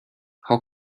how